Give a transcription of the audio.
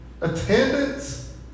attendance